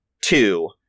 two